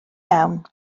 iawn